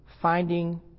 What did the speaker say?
finding